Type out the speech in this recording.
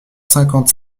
cinquante